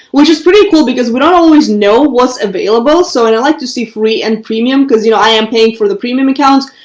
which is pretty cool because we don't always know what's available. so and i like to see free and premium because you know i am paying for the premium accounts.